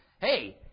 hey